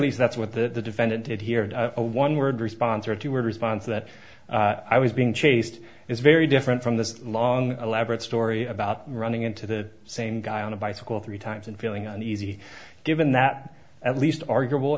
least that's what the defendant did here a one word response or two word response that i was being chased is very different from this long elaborate story about running into the same guy on a bicycle three times and feeling uneasy given that at least arguable